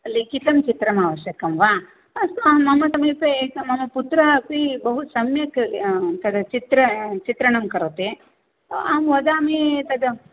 लिखितं चित्रम् आवश्यकं वा अस्तु मम समीपे एक मम पुत्रः अपि बहुसम्यक् चित्र चित्रणं करोति अहं वदामि तद्